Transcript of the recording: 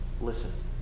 Listen